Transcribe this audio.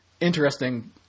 interesting